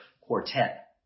quartet